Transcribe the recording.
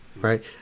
Right